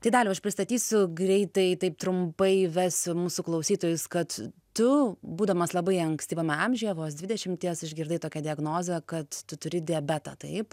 tai daliau aš pristatysiu greitai taip trumpai įvesiu mūsų klausytojus kad tu būdamas labai ankstyvame amžiuje vos dvidešimties išgirdai tokią diagnozę kad tu turi diabetą taip